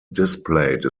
displayed